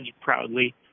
proudly